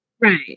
Right